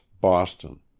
boston